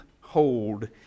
hold